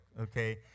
okay